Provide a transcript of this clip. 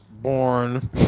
born